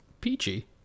peachy